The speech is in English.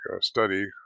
study